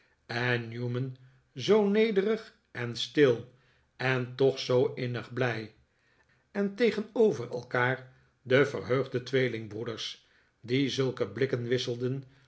en newman zoo nederig en stil en toch zoo innig blij en tegenover elkaar de verheugde tweelingbroers die zulke blikken wisselden